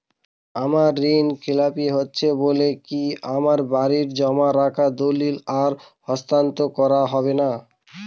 আমার ঋণ খেলাপি হয়েছে বলে কি আমার বাড়ির জমা রাখা দলিল আর হস্তান্তর করা হবে না?